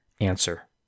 Answer